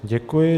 Děkuji.